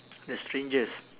the strangest